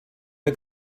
der